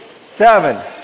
seven